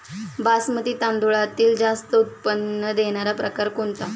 बासमती तांदळातील जास्त उत्पन्न देणारा प्रकार कोणता?